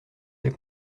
ses